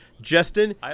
Justin